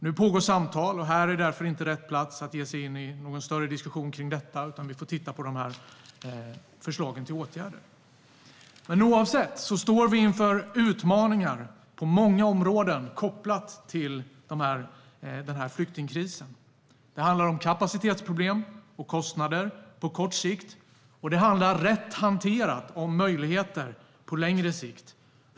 Nu pågår samtal, och här är därför inte rätt plats att ge sig in i någon större diskussion kring detta, utan vi får titta på förslagen till åtgärder. Men oavsett detta står vi inför utmaningar på många områden kopplat till den här flyktingkrisen. Det handlar om kapacitetsproblem och kostnader på kort sikt. Och det handlar - rätt hanterat - om möjligheter på längre sikt.